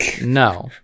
No